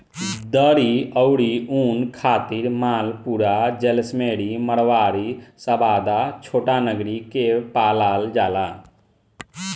दरी अउरी ऊन खातिर मालपुरा, जैसलमेरी, मारवाड़ी, शाबाबाद, छोटानगरी के पालल जाला